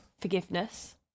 forgiveness